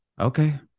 Okay